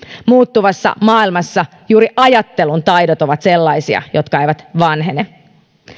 muuttuvassa maailmassa juuri ajattelun taidot ovat sellaisia jotka eivät vanhene